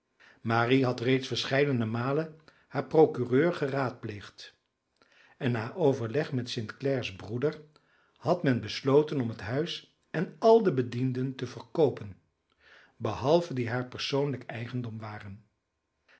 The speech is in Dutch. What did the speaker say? marie had reeds verscheidene malen haar procureur geraadpleegd en na overleg met st clare's broeder had men besloten om het huis en al de bedienden te verkoopen behalve die haar persoonlijk eigendom waren